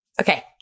Okay